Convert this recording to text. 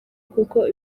kuko